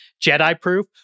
Jedi-proof